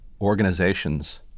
organizations